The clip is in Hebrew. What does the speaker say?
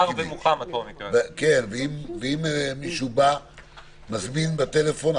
ואם מישהו מזמין בטלפון,